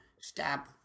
stop